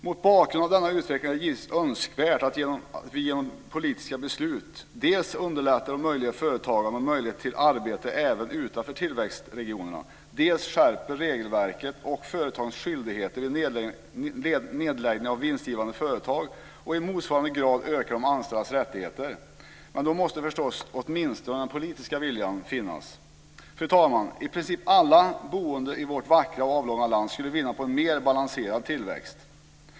Mot bakgrund av denna utveckling är det givetvis önskvärt att vi genom politiska beslut dels underlättar och möjliggör företagande och förutsättningar för arbete även utanför tillväxtområdena, dels skärper regelverket och företagens skyldigheter vid nedläggning av vinstgivande företag och i motsvarande grad ökar de anställdas rättigheter. Men då måste förstås åtminstone den politiska viljan finnas. Fru talman! I princip alla boende i vårt vackra och avlånga land skulle vinna på en mer balanserad tillväxt.